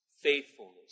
faithfulness